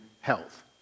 health